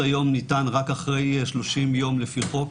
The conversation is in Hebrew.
ניתן היום רק אחרי 30 יום לפי חוק.